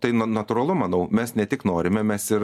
tai na natūralu manau mes ne tik norime mes ir